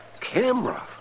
Camera